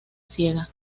ciega